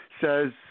Says